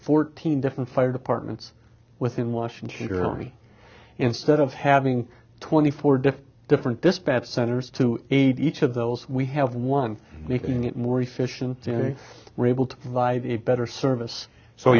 fourteen different fire departments within washington early instead of having twenty four different different this bad centers to aid each of those we have one making it more efficient raible to provide a better service so